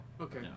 okay